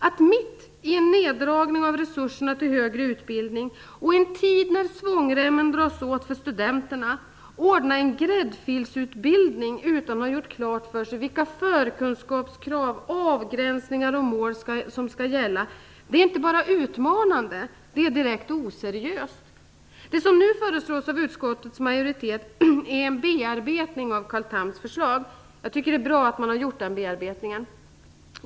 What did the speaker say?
Att mitt i en neddragning av resurserna till högre utbildning och i en tid när svångremmen dras åt för studenterna ordna en gräddfilsutbildning utan att ha gjort klart för sig vilka förkunskapskrav, avgränsningar och mål som skall gälla är inte bara utmanande utan direkt oseriöst. Det som nu föreslås av utskottets majoritet är en bearbetning av Carl Thams förslag. Jag tycker att det är bra.